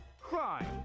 crime